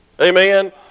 Amen